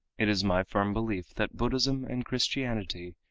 it is my firm belief that buddhism and christianity,